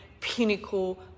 pinnacle